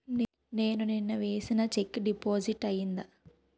నేను నిన్న వేసిన చెక్ డిపాజిట్ అయిందా?